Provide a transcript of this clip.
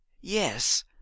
Yes